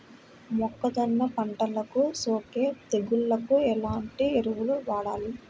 మొక్కజొన్న పంటలకు సోకే తెగుళ్లకు ఎలాంటి ఎరువులు వాడాలి?